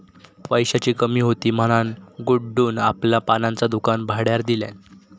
पैशाची कमी हुती म्हणान गुड्डून आपला पानांचा दुकान भाड्यार दिल्यान